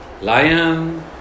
lion